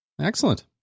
Excellent